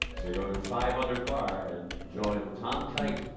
to go to five under par and joined tom kite